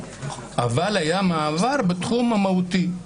אבל היה מעבר בתחום המהותי.